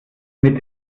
mit